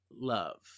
love